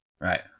right